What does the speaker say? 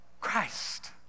Christ